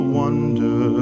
wonder